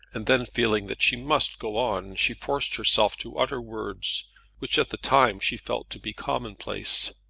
and then, feeling that she must go on, she forced herself to utter words which at the time she felt to be commonplace.